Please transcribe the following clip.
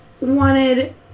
wanted